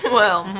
well.